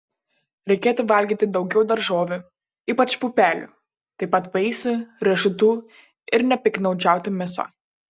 reikėtų valgyti daugiau daržovių ypač pupelių taip pat vaisių riešutų ir nepiktnaudžiauti mėsa